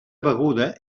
beguda